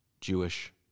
Jewish